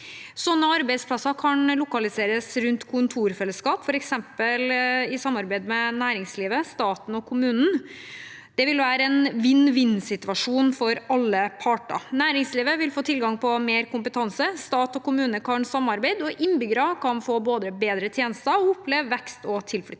Slike arbeidsplasser kan lokaliseres rundt kontorfellesskap, f.eks. i samarbeid mellom næringslivet, staten og kommunen. Det vil være en vinn-vinn-situasjon for alle parter. Næringslivet vil få tilgang til mer kompetanse, stat og kommune kan samarbeide, og innbyggerne kan både få bedre tjenester og oppleve vekst og tilflytting.